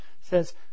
says